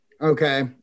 Okay